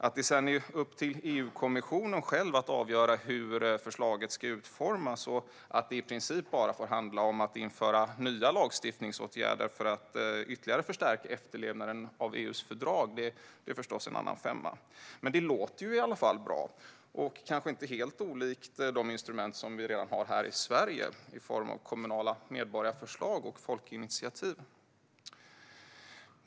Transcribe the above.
Att det sedan är upp till EU-kommissionen att själv avgöra hur förslaget ska utformas och att det i princip bara får handla om att införa nya lagstiftningsåtgärder för att ytterligare förstärka efterlevnaden av EU:s fördrag är en annan femma. Det låter i alla fall bra och är kanske inte helt olikt de instrument vi redan har här i Sverige i form av kommunala medborgarförslag och folkinitiativ.